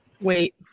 Wait